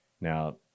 now